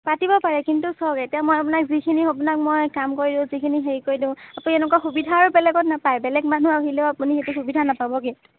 পাতিব পাৰে কিন্তু চাওক এতিয়া মই আপোনাক যিখিনি আপোনাক মই কাম কৰি দিওঁ যিখিনি হেৰি কৰি দিওঁ আপুনি এনেকুৱা সুবিধা আৰু বেলেগত নাপায় বেলেগ মানুহ আহিলেও আপুনি সেইটো সুবিধা নাপাব কিন্তু